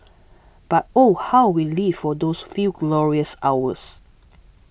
but oh how we lived for those few glorious hours